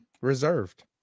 Reserved